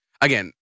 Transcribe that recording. Again